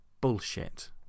bullshit